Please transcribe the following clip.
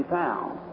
pounds